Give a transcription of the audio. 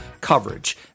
coverage